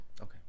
okay